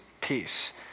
peace